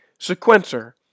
Sequencer